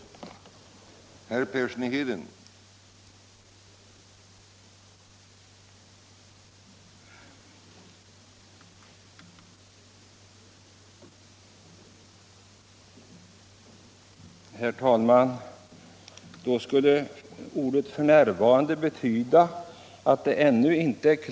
27 april 1976